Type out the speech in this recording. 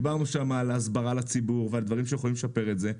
דיברנו שם על הסברה לציבור ועל דברים שיכולים לשפר את זה,